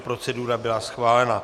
Procedura byla schválena.